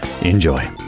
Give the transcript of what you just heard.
enjoy